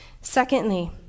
Secondly